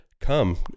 come